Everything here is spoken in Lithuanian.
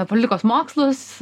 politikos mokslus